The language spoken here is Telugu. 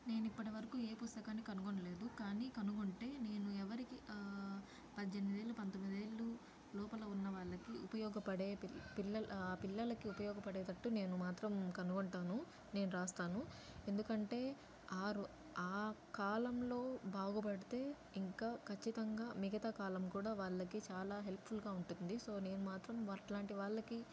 నేను ఇప్పటివరకు ఏ పుస్తకాన్ని కనుగొనలేదు కానీ కనుగొంటే నేను ఎవరికి పద్దెనిమిది ఏళ్ళు పంతొమ్మిది ఏళ్ళు లోపల ఉన్న వాళ్ళకి ఉపయోగపడే పిల్ల పిల్లలకి ఉపయోగపడేటట్టు నేను మాత్రం కనుగొంటాను నేను రాస్తాను ఎందుకంటేరో ఆ రో ఆ కాలంలో బాగుపడితే ఇంక ఖచ్చితంగా మిగతా కాలం కూడా వాళ్ళకి చాలా హెల్ప్ఫుల్గా ఉంటుంది సో నేను మాత్రం అట్లాంటి వాళ్ళకి